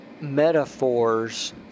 metaphors